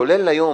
כולל היום,